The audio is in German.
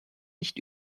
nicht